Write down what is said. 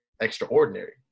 extraordinary